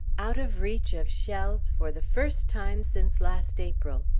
out of reach of shells for the first time since last april!